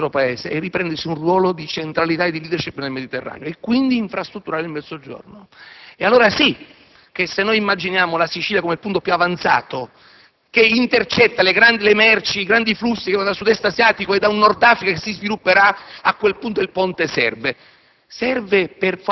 Il vero destino di questo nostro Paese è di riprendersi un ruolo di centralità e di *leadership* nel Mediterraneo, quindi è opportuno infrastrutturare il Mezzogiorno. In questo modo, se immaginiamo la Sicilia come punto più avanzato, che intercetta le merci e i grandi flussi che arrivano dal Sud-Est asiatico e da un Nord Africa che si svilupperà, il Ponte serve.